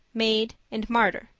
maid and martyr,